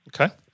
Okay